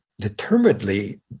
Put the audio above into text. determinedly